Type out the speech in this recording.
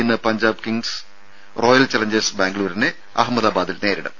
ഇന്ന് Punjab Kings Royal Challengers ബാംഗ്ലൂരിനെ അഹമ്മദാബാദിൽ നേരിടും